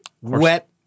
wet